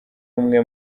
umwe